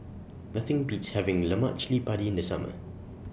Nothing Beats having Lemak Cili Padi in The Summer